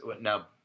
now